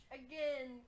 again